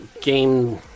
game